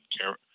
care